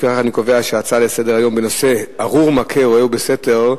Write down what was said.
לפיכך אני קובע שההצעה לסדר-היום בנושא: "ארור מכה רעהו בסתר",